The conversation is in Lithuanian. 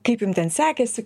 kaip jums ten sekėsi